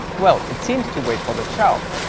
well it seems to wait for the child.